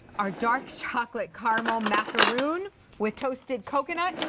our dark chocolate caramel macaroon with toasted coconut.